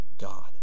God